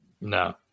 No